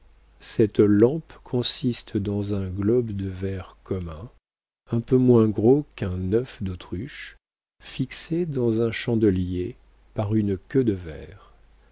cette lampe consiste dans un globe de verre commun un peu moins gros qu'un œuf d'autruche fixé dans un chandelier par une queue de verre